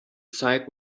side